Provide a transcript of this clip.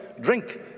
Drink